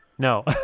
No